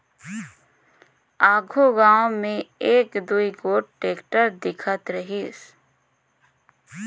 आघु गाँव मे एक दुई गोट टेक्टर दिखत रहिस